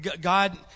God